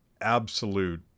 absolute